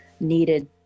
needed